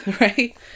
Right